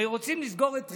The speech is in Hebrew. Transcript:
הרי רוצים לסגור את רדינג.